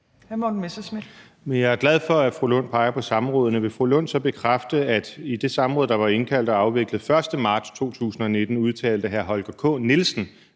Jeg er glad for, at fru Rosa Lund peger på samrådene. Vil fru Rosa Lund så bekræfte, at i det samråd, der var indkaldt og afviklet den 1. marts 2019, udtalte hr. Holger K. Nielsen